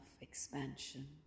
expansion